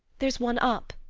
there's one up.